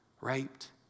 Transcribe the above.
raped